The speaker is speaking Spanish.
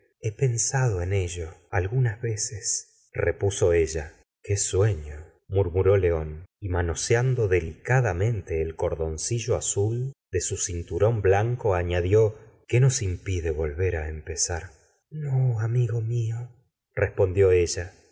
he pensado en ello algunas veces repusa ella la señóra de bovary qué sueño murmuró león y manoseando delicadamente el cordoncillo azul de i u cinturón blanco añadió qué nos impide volver á empezar n o amigo mio respondió ella